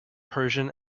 persian